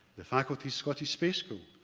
the faculty's scottish space school,